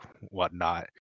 whatnot